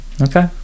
Okay